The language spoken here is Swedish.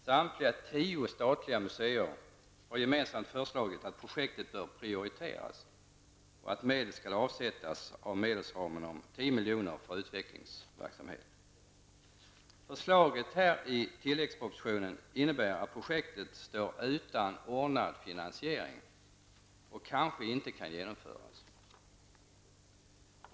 Samtliga tio statliga museer har gemensamt föreslagit att projektet bör prioriteras och att medel skall avsättas av medelsramen om 10 milj.kr. för utvecklingsverksamhet. Förslaget i tilläggspropositionen innebär att projektet står utan ordnad finansiering och kanske inte kan genomföras.